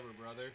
brother